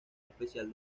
especial